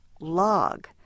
log